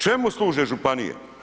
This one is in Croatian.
Čemu služe županije?